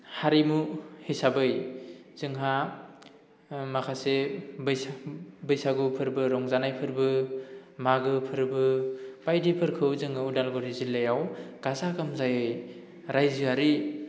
हारिमु हिसाबै जोंहा माखासे बैसागु बैसागु फोरबो रंजानाय फोरबो मागो फोरबो बायदिफोरखौ जोङो उदालगुरि जिल्लायाव गाजा गोमजायै रायजोआरि